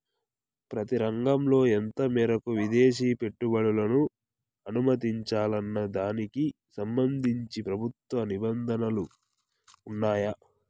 ప్రతి రంగంలో ఎంత మేరకు విదేశీ పెట్టుబడులను అనుమతించాలన్న దానికి సంబంధించి ప్రభుత్వ నిబంధనలు ఉన్నాయా?